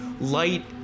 light